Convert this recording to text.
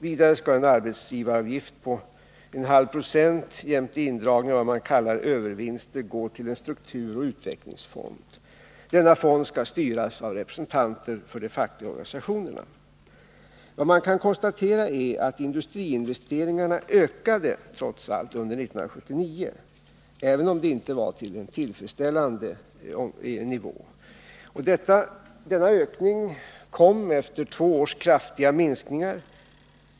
Vidare skall en arbetsgivaravgift på 0,5 26 jämte indragning av vad man kallar övervinster gå till en strukturoch utvecklingsfond. Denna fond skall styras av representanter för de fackliga organisationerna. Vad man kan konstatera är att industriinvesteringarna trots allt ökade under 1979. även om de inte kom upp till en tillfreds Hande niva. Denna ökning kom efter två års kraftiga minskningar.